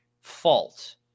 fault